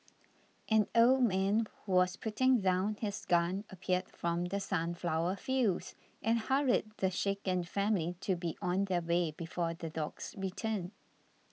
an old man who was putting down his gun appeared from the sunflower fields and hurried the shaken family to be on their way before the dogs return